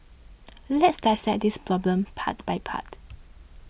let's dissect this problem part by part